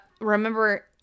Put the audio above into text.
remember